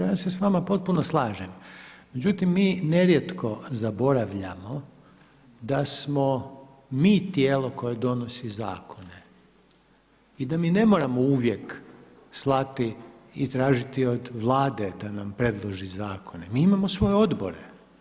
Ja se s vama potpuno slažem, međutim mi ne rijetko zaboravljamo da smo mi tijelo koje donosi zakone i da mi ne moramo uvijek slati i tražiti od Vlade da nam predloži zakone, mi imamo svoje odbore.